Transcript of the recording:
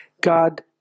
God